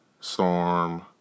Storm